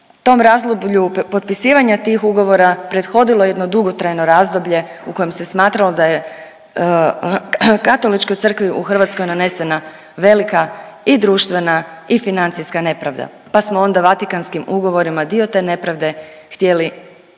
tom razdoblju potpisivanja tih ugovora prethodilo jedno dugotrajno razdoblje u kojem se smatralo da je Katoličkoj crkvi u Hrvatskoj nanesena velika i društvena i financijska nepravda, pa smo onda Vatikanskim ugovorima dio te nepravde htjeli ispraviti.